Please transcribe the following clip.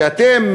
אתם,